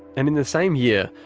and in the same year,